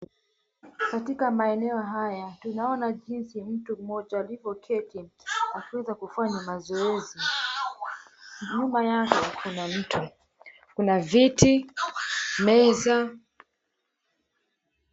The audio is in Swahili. Katika maeneo haya tunaona jinsi mtu mmoja alivyoketi akiweza kufanya mazoezi. Nyuma yake kuna mtu, kuna viti, meza.